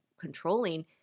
controlling